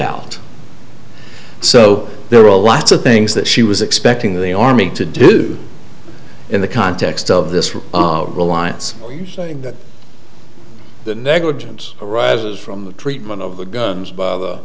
out so there are a lot of things that she was expecting the army to do in the context of this alliance saying that the negligence arises from the treatment of the guns